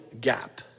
Gap